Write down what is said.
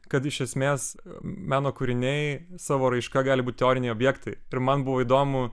kad iš esmės meno kūriniai savo raiška gali būti teoriniai objektai ir man buvo įdomu